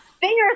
fingers